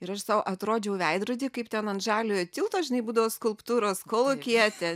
ir aš sau atrodžiau veidrody kaip ten ant žaliojo tilto žinai būdavo skulptūros kolūkietė